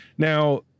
Now